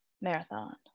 marathon